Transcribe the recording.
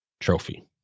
trophy